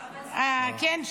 כן,